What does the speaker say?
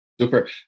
Super